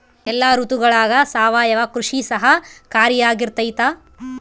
ಎಲ್ಲ ಋತುಗಳಗ ಸಾವಯವ ಕೃಷಿ ಸಹಕಾರಿಯಾಗಿರ್ತೈತಾ?